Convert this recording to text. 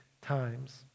times